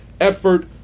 effort